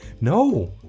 No